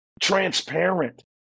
transparent